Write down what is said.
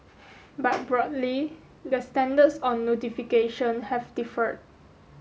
but broadly the standards on notification have differed